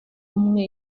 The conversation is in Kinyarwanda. umwe